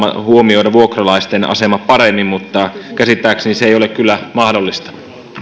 huomioida vuokralaisten asema paremmin mutta käsittääkseni se ei ole kyllä mahdollista